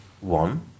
one